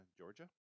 Georgia